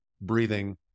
breathing